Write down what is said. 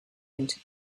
into